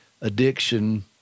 addiction